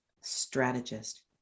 strategist